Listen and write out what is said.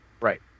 Right